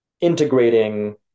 integrating